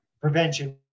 prevention